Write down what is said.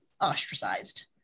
ostracized